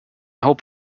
hope